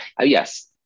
yes